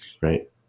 right